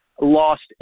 lost